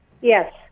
Yes